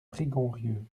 prigonrieux